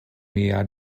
mia